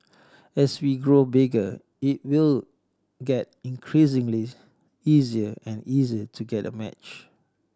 as we grow bigger it will get increasingly easier and easier to get a match